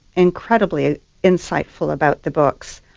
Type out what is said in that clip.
incredibly insightful about the books.